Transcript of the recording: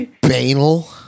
banal